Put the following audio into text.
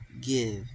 give